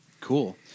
Cool